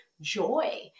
Joy